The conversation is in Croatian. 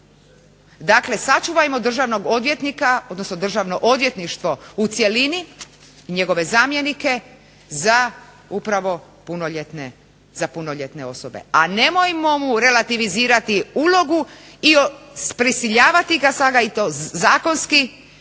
odnosno državno odvjetništvo u cjelini, njegove zamjenike za upravo punoljetne osobe, a nemojmo mu relativizirati ulogu i prisiljavati ga i to zakonski